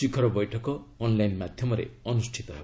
ଶିଖର ବୈଠକ ଅନ୍ଲାଇନ୍ ମାଧ୍ୟମରେ ଅନୁଷ୍ଠିତ ହେବ